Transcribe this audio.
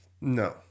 No